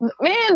man